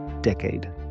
decade